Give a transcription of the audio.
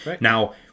Now